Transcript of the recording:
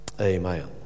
Amen